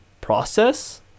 process